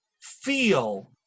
feel